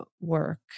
work